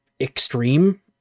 extreme